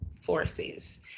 forces